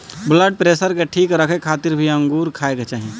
blood pressure के ठीक रखे खातिर भी अंगूर खाए के चाही